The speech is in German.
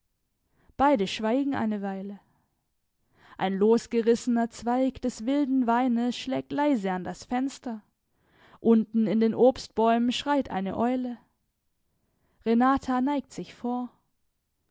beide schweigen eine weile ein losgerissener zweig des wilden weines schlägt leise an das fenster unten in den obstbäumen schreit eine eule renata neigt sich vor